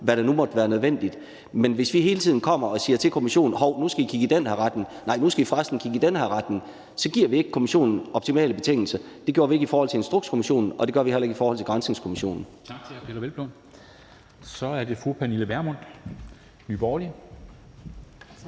hvad der nu måtte være nødvendigt. Men hvis vi hele tiden kommer og siger til kommissionen, at nu skal de kigge i den ene retning, og at nu skal de i stedet kigge i den anden retning, så giver vi ikke kommissionen optimale betingelser. Det gjorde vi ikke i forhold til Instrukskommissionen, og det gør vi heller ikke i forhold til Granskningskommissionen.